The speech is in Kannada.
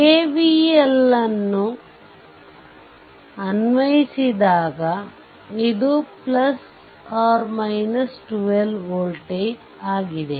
KVL ನ್ನು ಅನ್ನು ಅನ್ವಯಿಸಿದಾಗ ಇದು 12v ವೋಲ್ಟೇಜ್ ಆಗಿದೆ